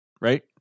right